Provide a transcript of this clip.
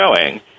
showing